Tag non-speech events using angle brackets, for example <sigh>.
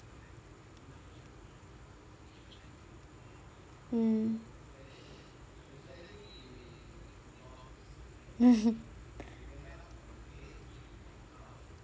mm <laughs>